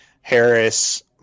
Harris